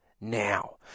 now